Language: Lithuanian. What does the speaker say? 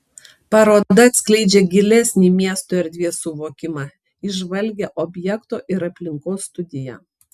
paroda atskleidžia gilesnį miesto erdvės suvokimą įžvalgią objekto ir aplinkos studiją